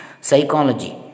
psychology